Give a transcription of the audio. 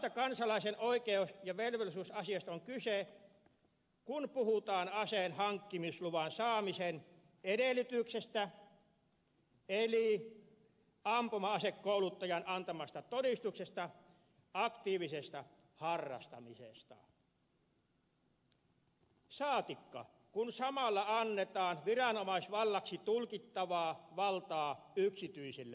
samasta kansalaisen oikeus ja velvollisuusasiasta on kyse kun puhutaan aseen hankkimisluvan saamisen edellytyksestä eli ampuma asekouluttajan antamasta todistuksesta aktiivisesta harrastamisesta saatikka kun samalla annetaan viranomaisvallaksi tulkittavaa valtaa yksityisille tahoille